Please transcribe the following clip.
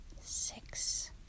six